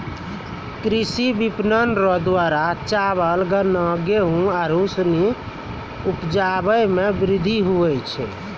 कृषि विपणन रो द्वारा चावल, गन्ना, गेहू आरू सनी उपजा मे वृद्धि हुवै छै